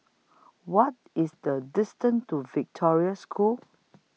What IS The distance to Victoria School